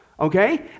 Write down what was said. Okay